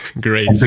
Great